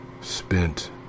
Spent